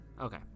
Okay